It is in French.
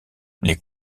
les